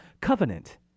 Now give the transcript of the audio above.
covenant